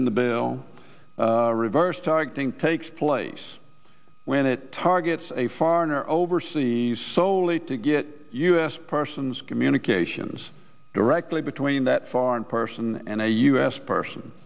in the bill reverse targeting takes place when it targets a foreigner overseas solely to get u s persons communications directly between that foreign person and a u s person